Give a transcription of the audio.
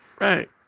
Right